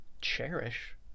cherish